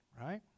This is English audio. right